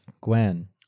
Gwen